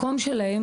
שלהם,